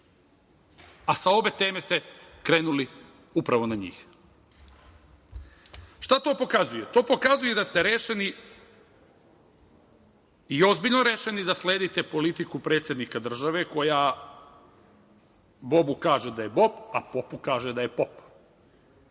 a sa obe teme ste krenuli upravo na njih. Šta to pokazuje? To pokazuje da ste rešeni i ozbiljno rešeni da sledite politiku predsednika države koja bobu kaže da je bob, a po popu kaže da je pop.